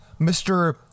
Mr